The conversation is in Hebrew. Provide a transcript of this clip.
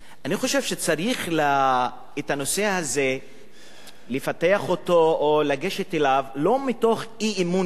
שצריך את הנושא הזה לפתח או לגשת אליו לא מתוך אי-אמון בבני-אדם.